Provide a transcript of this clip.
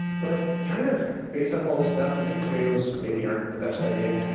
but kind of based off all this stuff, i think tomatoes maybe aren't the best idea.